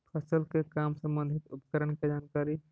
फसल के काम संबंधित उपकरण के जानकारी?